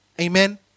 Amen